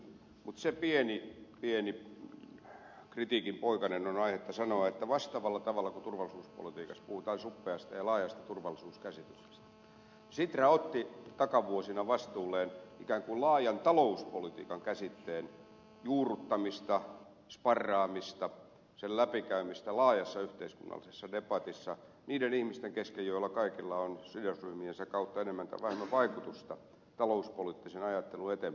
mutta se pieni pieni kritiikinpoikanen on aihetta sanoa että vastaavalla tavalla kuin turvallisuuspolitiikassa puhutaan suppeasta ja laajasta turvallisuuskäsityksestä sitra otti takavuosina vastuulleen ikään kuin laajan talouspolitiikan käsitteen juurruttamista sparraamista sen läpikäymistä laajassa yhteiskunnallisessa debatissa niiden ihmisten kesken joilla kaikilla on sidosryhmiensä kautta enemmän tai vähemmän vaikutusta talouspoliittisen ajattelun eteenpäinviemiseen